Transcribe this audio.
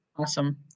Awesome